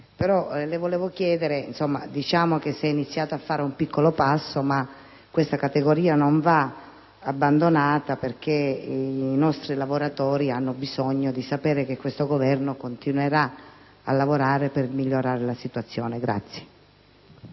piccole e medie imprese. Si è iniziato a fare un piccolo passo, ma questa categoria non va abbandonata perché i nostri lavoratori hanno bisogno di sapere che questo Governo continuerà a lavorare per migliorare la situazione.